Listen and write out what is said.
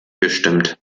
gestimmt